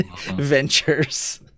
ventures